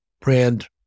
brand